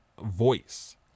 voice